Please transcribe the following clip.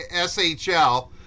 shl